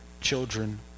children